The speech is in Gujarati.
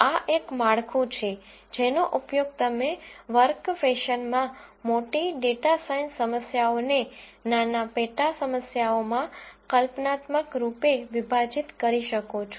આ એક માળખું છે જેનો ઉપયોગ તમે વર્ક ફેશનમાં મોટી ડેટા સાયન્સ સમસ્યાઓને નાના પેટા સમસ્યાઓમાં કલ્પનાત્મક રૂપે વિભાજીત કરી શકો છો